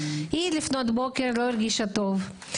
לפנות בוקר היא לא הרגישה טוב.